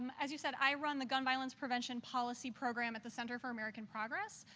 um as you said, i run the gun violence prevention policy program at the center for american progress,